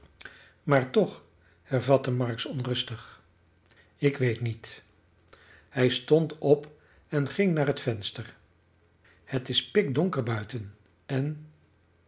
maar toch hervatte marks onrustig ik weet niet hij stond op en ging naar het venster het is pikdonker buiten en